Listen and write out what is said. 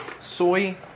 soy